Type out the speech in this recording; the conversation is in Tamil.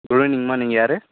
குட் ஈவ்னிங் மா நீங்கள் யார்